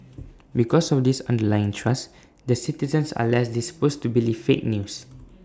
because of this underlying trust their citizens are less disposed to believe fake news